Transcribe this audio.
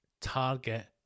target